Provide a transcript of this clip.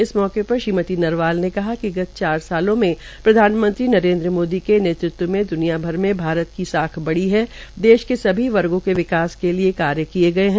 इस मौके पर श्रीमती नरवाल ने कहा कि गत चार सालों में प्रधानमंत्री नरेन्द्र मोदी के नेतृत्व में दुनिया भर में भारत की साख बढ़ी है देश में सभी वर्गो के विकास के लिये कार्य किये गये है